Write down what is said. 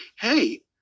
hey